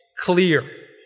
clear